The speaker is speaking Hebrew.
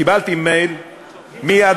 קיבלתי מייל מאדם,